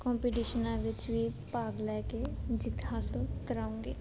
competition ਵਿੱਚ ਵੀ ਭਾਗ ਲੈ ਕੇ ਜਿੱਤ ਹਾਸਲ ਕਰਵਾਉਂਗੀ